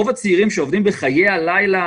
רוב הצעירים שעובדים בחיי הלילה,